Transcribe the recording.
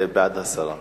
בעד הסרה.